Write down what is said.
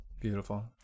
beautiful